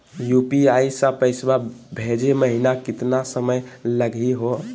UPI स पैसवा भेजै महिना केतना समय लगही हो?